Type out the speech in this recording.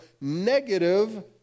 negative